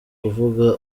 kuvuga